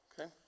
Okay